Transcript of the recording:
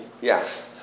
Yes